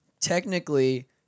Technically